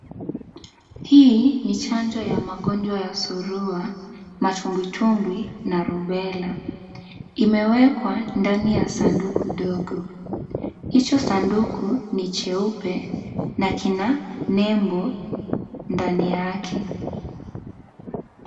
Hii ni chanjo ya magonjwa ya surua, matumbwitumbwi na rubella , imewekwa ndani ya sanduku ndogo. Hicho sanduku ni jeupe na kina nembo ndani yake.